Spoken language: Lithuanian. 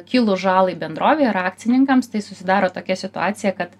kilus žalai bendrovei ar akcininkams tai susidaro tokia situacija kad